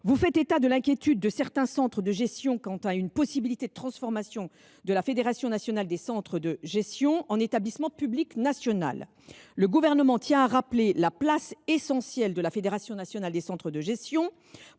Vous faites état de l’inquiétude de certains centres de gestion quant à une possible transformation de la Fédération nationale des centres de gestion en établissement public national. Le Gouvernement tient à rappeler la place essentielle de la FNCDG, partenaire et interlocuteur